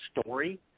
story